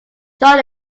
john